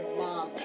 mom